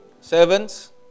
Servants